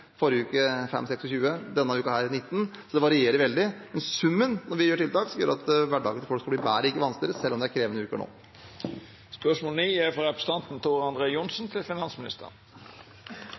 forrige uke kostet det 25–26 kr, denne uken 19 kr. Så det varierer veldig. Men når vi innfører tiltak, skal summen gjøre at hverdagen for folk blir bedre, ikke vanskeligere, selv om det er krevende uker nå.